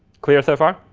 clear so far?